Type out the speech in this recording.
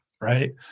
right